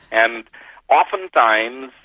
and oftentimes,